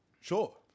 sure